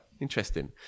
interesting